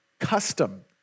custom